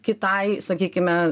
kitai sakykime